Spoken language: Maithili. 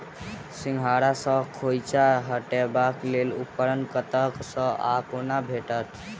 सिंघाड़ा सऽ खोइंचा हटेबाक लेल उपकरण कतह सऽ आ कोना भेटत?